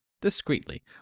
discreetly